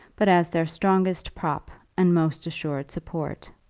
but as their strongest prop and most assured support.